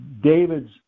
David's